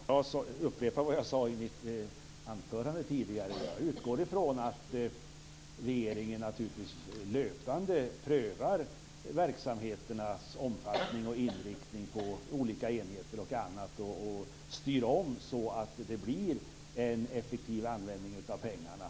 Fru talman! Jag skall upprepa vad jag sade i mitt anförande tidigare. Jag utgår från att regeringen naturligtvis löpande prövar verksamheternas omfattning och inriktning på olika enheter och styr om så att det blir en effektiv användning av pengarna.